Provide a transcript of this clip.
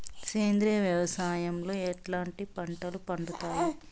సేంద్రియ వ్యవసాయం లో ఎట్లాంటి పంటలు పండుతాయి